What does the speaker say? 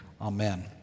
Amen